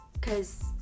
cause